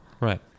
Right